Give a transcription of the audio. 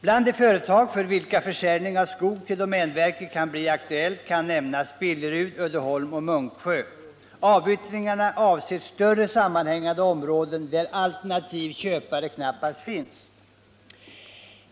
Bland de företag för vilka försäljning av skog till domänverket kan bli aktuellt kan nämnas Billerud, Uddeholm och Munksjö. Avyttringarna avser större sammanhängande områden där alternativ köpare knappast finns.